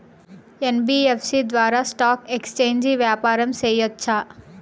NBFC ద్వారా stock exchange వ్యాపారం సేయొచ్చా?